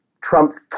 Trump's